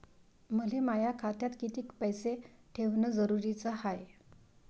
मले माया खात्यात कितीक पैसे ठेवण जरुरीच हाय?